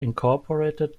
incorporated